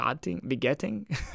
begetting